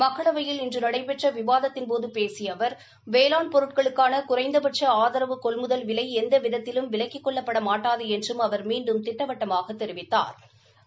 மக்களவையில் இன்று நடைபெற்ற விவாதத்தின்போது பேசிய அவர் வேளாண் பொருட்களுக்கான குறைந்தபட்ச ஆதரவு கொள்முதல் விலை எந்த விதத்திலும் விலக்கிக் கொள்ளப்பட மாட்டாது என்றும் அவர் மீண்டும் திட்டவட்டமாக தெரிவித்தாா்